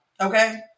okay